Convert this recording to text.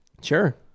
Sure